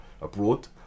abroad